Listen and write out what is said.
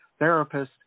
therapists